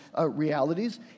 realities